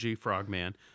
Frogman